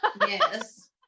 Yes